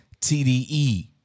TDE